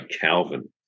Calvin